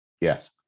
yes